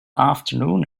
afternoon